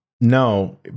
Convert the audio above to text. No